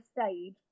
stage